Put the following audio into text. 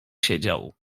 siedział